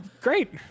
great